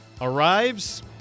arrives